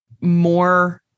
more